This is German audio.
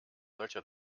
solcher